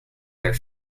their